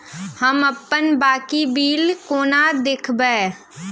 हम अप्पन बाकी बिल कोना देखबै?